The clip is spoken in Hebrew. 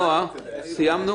נועה, סיימנו?